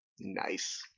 Nice